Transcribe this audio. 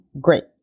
great